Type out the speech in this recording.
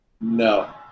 No